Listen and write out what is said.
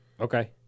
Okay